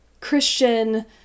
Christian